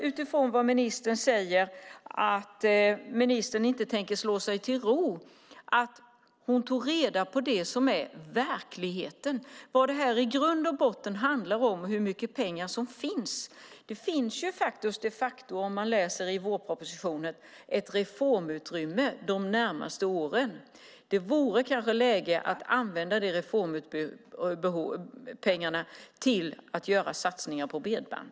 Utifrån att ministern säger att hon inte tänker slå sig till ro vore det bättre om hon tog reda på det som är verkligheten, vad det här i grund och botten handlar om och hur mycket pengar som finns. Det finns de facto, ser man om man läser vårpropositionen, ett reformutrymme de närmaste åren. Det vore kanske läge att använda pengarna till att göra satsningar på bredband.